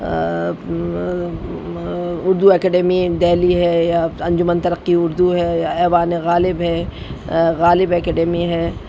Urdu academy Delhi ہے یا انجمن ترقی اردو ہے یا ایوان غالب ہے غالب اکیڈمی ہے